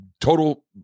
Total